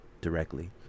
directly